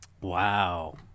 Wow